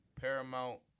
paramount